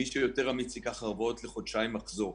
מי שיותר אמיץ ייקח הלוואות לחודשיים מחזור,